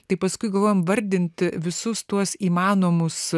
tai paskui galvojom vardinti visus tuos įmanomus